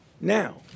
Now